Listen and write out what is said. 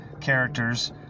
characters